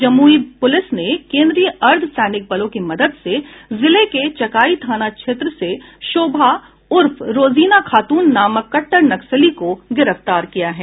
Jamui police ने केन्द्रीय अर्द्ध सैनिक बलों की मदद से जिले के चकाई थाना क्षेत्र से शोभा उर्फ रोजीना खातून नामक कट्टर नक्सली को गिरफ्तार किया है